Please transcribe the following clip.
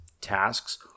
tasks